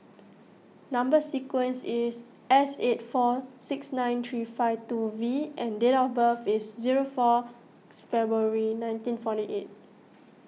Number Sequence is S eight four six nine three five two V and date of birth is zero four February nineteen forty eight